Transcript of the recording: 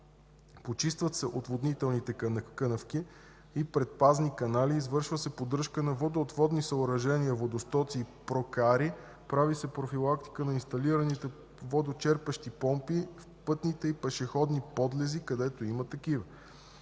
почистват се отводнителните канавки и предпазни канали, извършва се поддръжка на водоотводни съоръжения, водостоци и прокари, прави се профилактика на инсталираните водочерпещи помпи, пътните и пешеходни подлези, където има такива.